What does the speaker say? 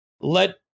let